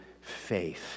faith